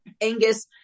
Angus